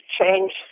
change